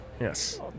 Yes